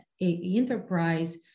enterprise